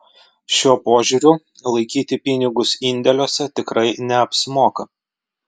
šiuo požiūriu laikyti pinigus indėliuose tikrai neapsimoka